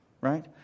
right